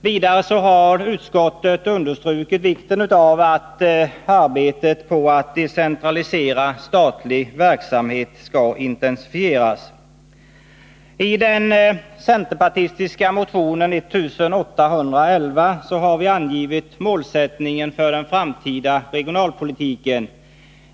Vidare har utskottet understrukit vikten av att arbetet på att decentralisera statlig verksamhet skall intensifieras. I den centerpartistiska motionen 1811 har vi angivit målsättningen för den framtida regionalpolitiken.